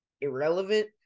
irrelevant